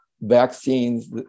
vaccines